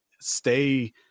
stay